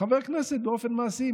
חבר כנסת באופן מעשי,